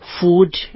food